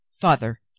father